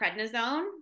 prednisone